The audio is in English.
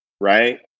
Right